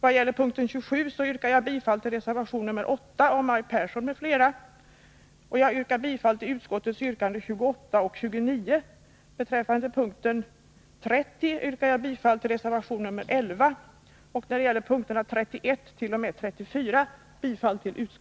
Vad gäller punkt 27 yrkar jag bifall till reservation 8 av Maj Pehrsson m.fl. och vad gäller punkt 30 bifall till reservation 11 av Maj Pehrsson m.fl.